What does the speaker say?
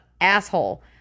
asshole